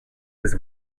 his